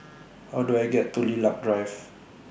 How Do I get to Lilac Drive